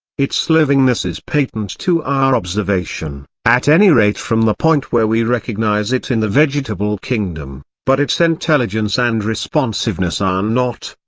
its livingness is patent to our observation, at any rate from the point where we recognise it in the vegetable kingdom but its intelligence and responsiveness are not,